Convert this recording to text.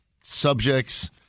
subjects